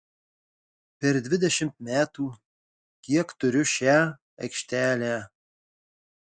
per dvidešimt metų kiek turiu šią aikštelę